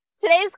Today's